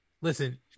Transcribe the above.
Listen